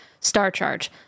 StarCharge